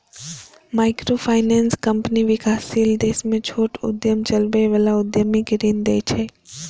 microfinance company विकासशील देश मे छोट उद्यम चलबै बला उद्यमी कें ऋण दै छै